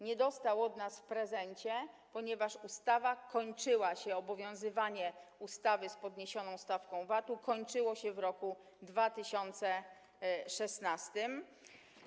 Nie dostał od nas w prezencie, ponieważ ustawa kończyła się, obowiązywanie ustawy z podniesioną stawką VAT-u kończyło się w roku 2016.